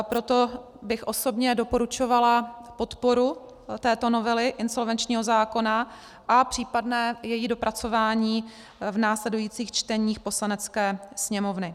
Proto bych osobně doporučovala podporu této novely insolvenčního zákona a případné její dopracování v následujících čteních Poslanecké sněmovny.